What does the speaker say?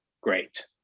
great